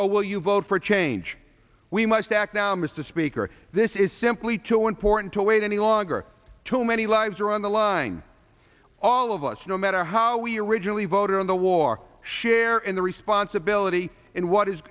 or will you vote for change we must act now mr speaker this is simply too important to wait any longer too many lives are on the line all of us no matter how we originally voted on the war share in the responsibility in what is